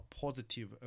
positive